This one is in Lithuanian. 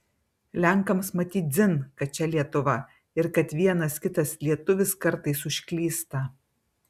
lenkams matyt dzin kad čia lietuva ir kad vienas kitas lietuvis kartais užklysta